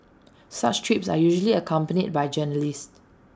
such trips are usually accompanied by journalists